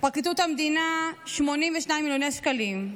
מפרקליטות המדינה, 82 מיליון שקלים,